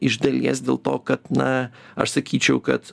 iš dalies dėl to kad na aš sakyčiau kad